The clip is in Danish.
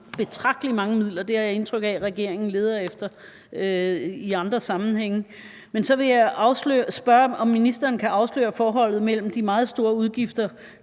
spare betragtelig mange midler, og det har jeg indtryk af at regeringen leder efter i andre sammenhænge. Men så vil jeg spørge, om ministeren kan afsløre forholdet mellem de meget store udgifter,